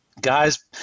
Guys